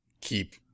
keep